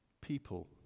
people